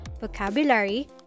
vocabulary